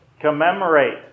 commemorate